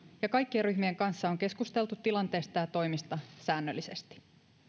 ja kaikkien ryhmien kanssa on keskusteltu tilanteesta ja toimista säännöllisesti